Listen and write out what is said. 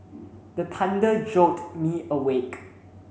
the thunder jolt me awake